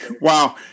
Wow